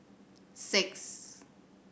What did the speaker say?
six